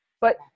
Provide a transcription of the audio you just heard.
But-